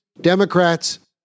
Democrats